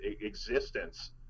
existence